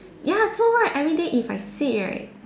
ya so what everyday if I say right